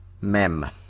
Mem